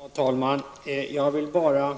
Herr talman! Jag vill bara